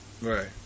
Right